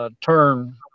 turn